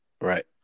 right